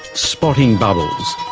spotting bubbles,